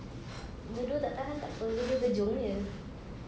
dulu tak tahan tak apa dulu kejung jer